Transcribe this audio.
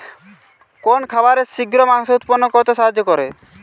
কোন খাবারে শিঘ্র মাংস উৎপন্ন করতে সাহায্য করে?